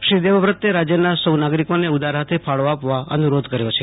શ્રી દેવવ્રતે રાજ્યના સૌ નાગરિકોને ઉદાર હાથે ફાળો આપવા અનુરોધ કર્યો છે